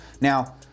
Now